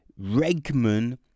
Regman